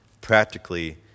Practically